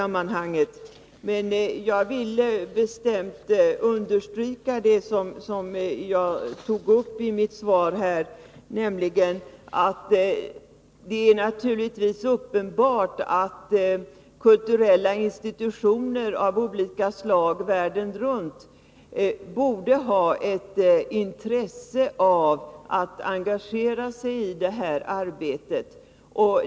Men jag vill bestämt understryka det som jag tog upp i mitt anförande, nämligen att kulturella institutioner av olika slag världen runt borde ha ett intresse av att engagera sig i detta arbete.